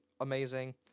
amazing